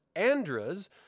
Andras